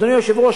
אדוני היושב-ראש,